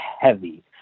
heavy